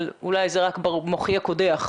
אבל זה רק במוחי הקודח.